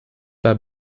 par